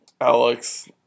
Alex